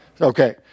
Okay